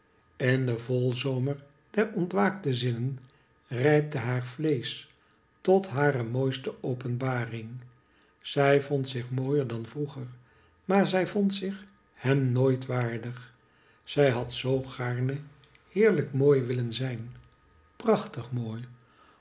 in den volzomer der ontwaakte zinnen rijpte haar vleesch tot hare mooiste openbaring zij vond zich mooier dan vroeger maar zij vond rich hem nooit waardig zij had zoo gaarne heerlijk mooi willen zijn prachtig mooi